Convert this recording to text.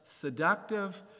seductive